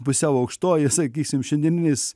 pusiau aukštoji sakysim šiandieniniais